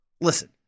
Listen